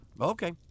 Okay